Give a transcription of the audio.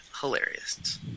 hilarious